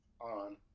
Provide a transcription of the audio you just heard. on